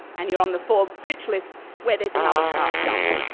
and you're on the forbes rich list where there's another sharp jump.